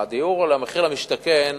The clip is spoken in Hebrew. המחיר למשתכן,